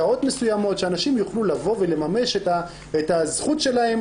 שעות מסוימות שאנשים יוכלו לבוא ולממש את הזכות שלהם